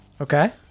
Okay